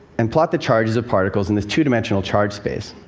and plot the charges of particles in this two-dimensional charge space,